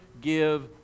give